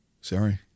Sorry